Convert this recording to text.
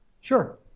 Sure